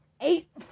eight